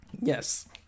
Yes